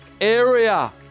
area